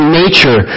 nature